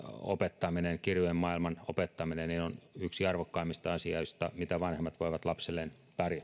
opettaminen kirjojen maailman opettaminen on yksi arvokkaimmista asioista mitä vanhemmat voivat lapsilleen